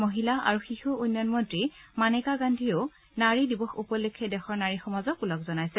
মহিলা আৰু শিশু উন্নয়ন মন্ত্ৰী মানেকা গান্ধীয়েও নাৰী দিৱস উপলক্ষে দেশৰ নাৰী সমাজক ওলগ জনাইছে